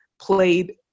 played